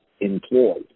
employed